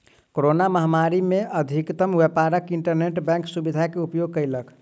corona महामारी में अधिकतम व्यापार इंटरनेट बैंक सुविधा के उपयोग कयलक